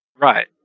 Right